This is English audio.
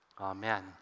Amen